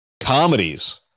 comedies